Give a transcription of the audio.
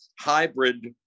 hybrid